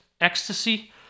Ecstasy